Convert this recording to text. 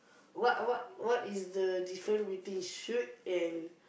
what what what is the different between shoot and